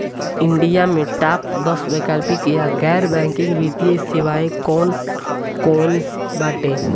India में top दस वैकल्पिक या गैर बैंकिंग वित्तीय सेवाएं कौन कोन बाटे?